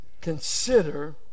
consider